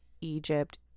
Egypt